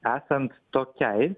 esant tokiai